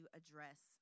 address